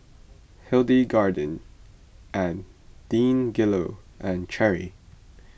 Hildegarde and Deangelo and Cherry